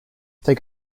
take